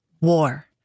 war